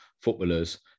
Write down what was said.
footballers